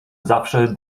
zawsze